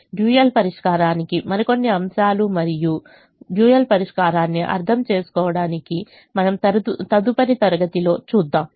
dual పరిష్కారానికి మరికొన్ని అంశాలు మరియు డ్యూయల్ పరిష్కారాన్ని అర్థం చేసుకోవడం మనం తదుపరి తరగతిలో చూద్దాము